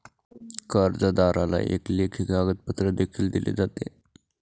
कर्जदाराला एक लेखी कागदपत्र देखील दिले जाते